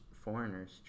foreigners